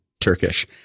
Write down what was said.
Turkish